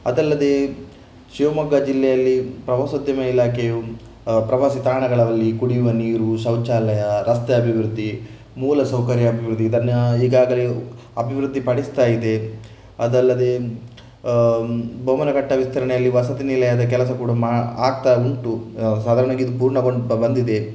ಅದಲ್ಲದೆ ಶಿವಮೊಗ್ಗ ಜಿಲ್ಲೆಯಲ್ಲಿ ಪ್ರವಾಸೋದ್ಯಮ ಇಲಾಖೆಯು ಪ್ರವಾಸಿ ತಾಣಗಳಲ್ಲಿ ಕುಡಿಯುವ ನೀರು ಶೌಚಾಲಯ ರಸ್ತೆ ಅಭಿವೃದ್ಧಿ ಮೂಲಸೌಕರ್ಯ ಅಭಿವೃದ್ಧಿ ಇದನ್ನು ಈಗಾಗಲೇ ಅಭಿವೃದ್ಧಿಪಡಿಸ್ತಾ ಇದೆ ಅದಲ್ಲದೆ ಬೊಮ್ಮನಕಟ್ಟಾ ವಿಸ್ತರಣೆಯಲ್ಲಿ ವಸತಿ ನಿಲಯದ ಕೆಲಸ ಕೂಡ ಮಾ ಆಗ್ತಾ ಉಂಟು ಸಾಧಾರಣವಾಗಿ ಇದು ಪೂರ್ಣಗೊಂಡು ಬಂದಿದೆ